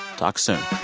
talk soon